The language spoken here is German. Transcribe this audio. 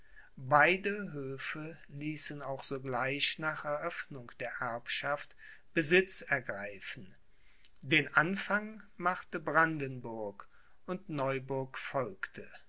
beide höfe ließen auch sogleich nach eröffnung der erbschaft besitz ergreifen den anfang machte brandenburg und neuburg folgte